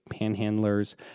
panhandlers